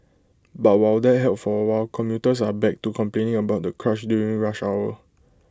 but while that helped for A while commuters are back to complaining about the crush during rush hour